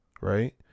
right